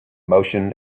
motion